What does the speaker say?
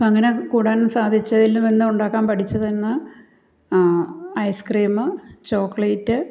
പ അങ്ങനെ കൂടാൻ സാധിച്ചയിൽ നിന്ന് ഉണ്ടാക്കാൻ പഠിച്ചതെന്ന് ഐസ് ക്രീം ചോക്ലേറ്റ്